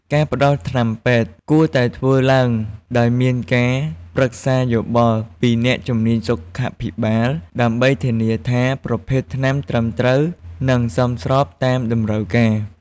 ការផ្តល់ថ្នាំពេទ្យគួរតែធ្វើឡើងដោយមានការ ប្រឹក្សាយោបល់ពីអ្នកជំនាញសុខាភិបាល ដើម្បីធានាថាប្រភេទថ្នាំត្រឹមត្រូវ និងសមស្របតាមតម្រូវការ។